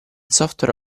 software